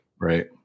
Right